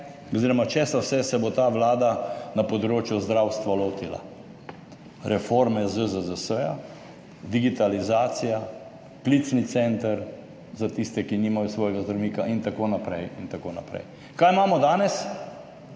o tem, česa vse se bo ta vlada lotila na področju zdravstva, reforme ZZZS, digitalizacija, klicni center za tiste, ki nimajo svojega zdravnika in tako naprej. Kaj imamo danes?